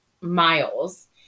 miles